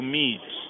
meet